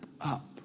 up